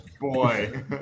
boy